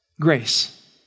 grace